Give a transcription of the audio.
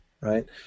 right